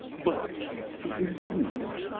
but to improve it.